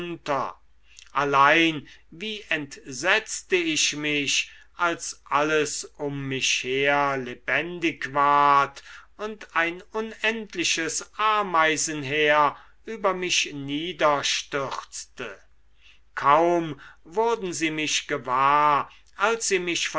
allein wie entsetzte ich mich als alles um mich her lebendig ward und ein unendliches ameisenheer über mich niederstürzte kaum wurden sie mich gewahr als sie mich